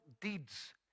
deeds